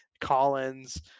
Collins